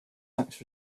tax